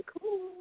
cool